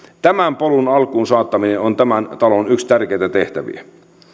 tämän polun alkuunsaattaminen on yksi tämän talon tärkeitä tehtäviä